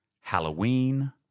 Halloween